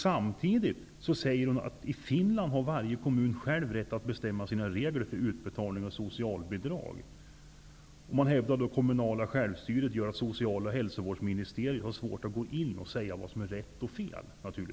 Samtidigt säger hon att varje kommun i Finland själv har rätt att bestämma sina regler för utbetalning av socialbidrag, och hon hävdar att det kommunala självstyret gör att Socialoch hälsovårdsministeriet naturligtvis har svårt att gå in och säga vad som är rätt och vad som är fel.